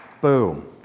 boom